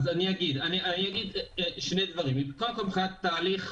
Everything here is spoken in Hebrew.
קודם כול, מבחינת התהליך,